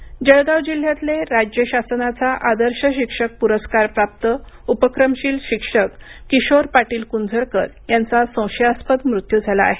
शिक्षक निधन जळगाव जिल्ह्यातले राज्य शासनाचा आदर्श शिक्षक प्रस्कारप्राप्त उपक्रमशील शिक्षक किशोर पाटील क्ंझरकर यांचा संशयास्पद मृत्यू झाला आहे